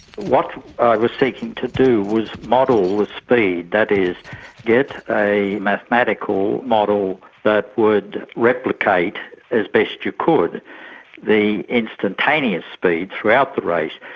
what i was seeking to do was model the speed, that is get a mathematical model that would replicate as best you could the instantaneous speed throughout the race.